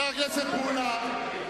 וכמה הורדתם?